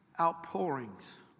outpourings